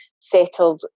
settled